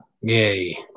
Yay